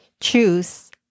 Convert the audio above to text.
choose